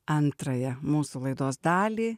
antrąją mūsų laidos dalį